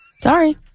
Sorry